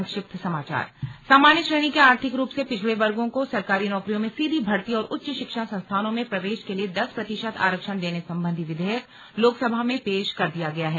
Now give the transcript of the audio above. संक्षिप्त समाचार सामान्य श्रेणी के आर्थिक रूप से पिछड़े वर्गो को सरकारी नौकरियों में सीधी भर्ती और उच्च शिक्षा संस्थानों में प्रवेश के लिए दस प्रतिशत आरक्षण देने संबंधी विधेयक लोकसभा में पेश कर दिया गया है